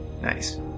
Nice